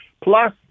Plus